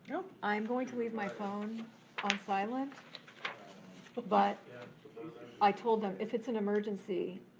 i am going to leave my phone on silent, but but i told them, if it's an emergency,